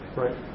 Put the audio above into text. right